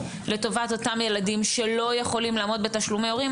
לטובת אותם ילדים שלא יכולים לעמוד בתשלומי הורים.